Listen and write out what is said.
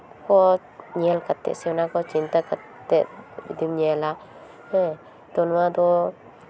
ᱠᱚ ᱧᱮᱞ ᱠᱟᱛᱮᱜ ᱥᱮ ᱚᱱᱟ ᱠᱚ ᱪᱤᱱᱛᱟ ᱠᱟᱛᱮᱜ ᱡᱩᱫᱤᱢ ᱧᱮᱞᱟ ᱦᱮᱸ ᱛᱳ ᱱᱚᱣᱟᱫᱚ